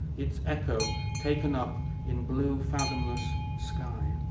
its echo taken up in blue fathomless sky.